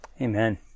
Amen